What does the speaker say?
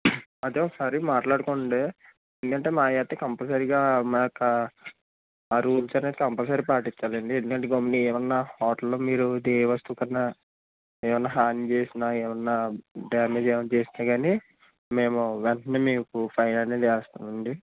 అదే ఒకసారి మాట్లాడుకోండి ఎందుకంటే మావి అయితే కంపల్సరీగా మా యొక్క రూల్స్ అనేవి కంపల్సరీ పాటించాలండి ఎందుకంటే గమ్ముని ఏమన్నాహోటల్లో మీరు ఏ వస్తువుకన్నా ఏమన్నా హాని చేసినా ఏమన్నా డామేజ్ ఏమన్నా చేస్తే కానీ మేము వెంటనే మీకు ఫైన్ అనేది వేస్తామండి